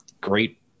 great